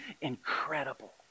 incredible